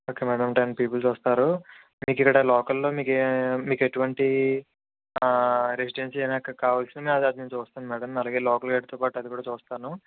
okay madam ten peoples వస్తారు మీకు ఇక్కడ లోకల్లో మికే మీకెటువంటి రెసిడెన్సీ కావలసినా అది నేను చూస్తాను మ్యాడమ్ అలాగే లోకల్ గైడ్తో పాటు అది కూడా చూస్తాను